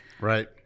Right